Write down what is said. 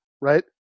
right